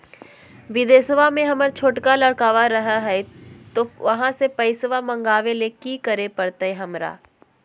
बिदेशवा में हमर छोटका लडकवा रहे हय तो वहाँ से पैसा मगाबे ले कि करे परते हमरा?